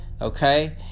okay